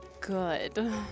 good